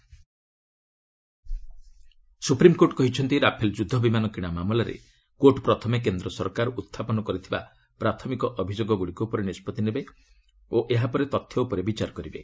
SC Rafale supreme court କହିଛନ୍ତି Rafale ଯୁଦ୍ଧ ବିମାନ କିଣା ମାମଲାରେ କୋର୍ଟ୍ ପ୍ରଥମେ କେନ୍ଦ୍ର ସରକାର ଉଡ୍ଚାପନ କରିଥିବା ପ୍ରାଥମିକ ଅଭିଯୋଗଗୁଡ଼ିକ ଉପରେ ନିଷ୍ପଭି ନେବେ ଓ ଏହା ପରେ ତଥ୍ୟ ଉପରେ ବିଚାର କରିବେ